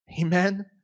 Amen